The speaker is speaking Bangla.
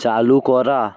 চালু করা